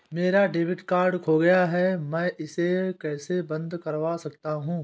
मेरा debit card खो गया है मैं इसे कैसे बंद करवा सकता हूँ?